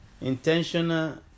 Intentional